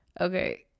okay